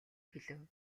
хэлэв